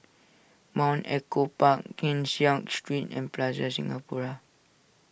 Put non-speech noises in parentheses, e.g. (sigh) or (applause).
Mount Echo Park Keng (unintelligible) Street and Plaza Singapura